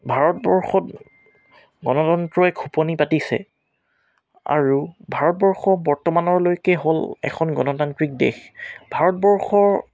ভাৰতবৰ্ষত গণতন্ত্ৰই খোপনি পাতিছে আৰু ভাৰতবৰ্ষ বৰ্তমানলৈকে হ'ল এখন গণতান্ত্ৰিক দেশ ভাৰতবৰ্ষৰ